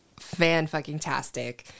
fan-fucking-tastic